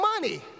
money